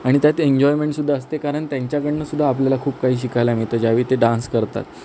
आणि त्यात एन्जॉयमेंट सुद्धा असते कारण त्यांच्याकडून सुद्धा आपल्याला खूप काही शिकायला मिळतं ज्यावेळी ते डान्स करतात